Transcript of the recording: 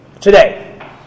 today